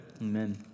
Amen